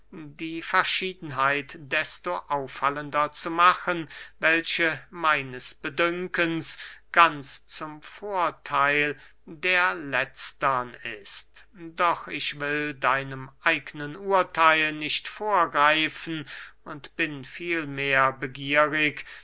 die verschiedenheit desto auffallender zu machen welche meines bedünkens ganz zum vortheil der letztern ist doch ich will deinem eignen urtheil nicht vorgreifen und bin vielmehr begierig